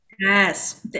Yes